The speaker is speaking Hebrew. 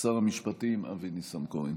שר המשפטים אבי ניסנקורן.